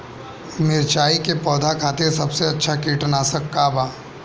मिरचाई के पौधा खातिर सबसे अच्छा कीटनाशक का बा?